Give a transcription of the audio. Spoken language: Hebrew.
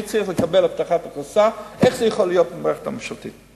מי צריך לקבל הבטחת הכנסה ואיך זה יכול להיות במערכת הממשלתית.